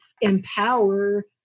empower